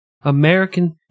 American